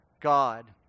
God